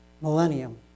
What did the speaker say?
millennium